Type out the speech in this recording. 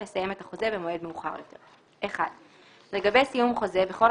לסיים את החוזה במועד מאוחר יותר: (1)לגבי סיום חוזה בכל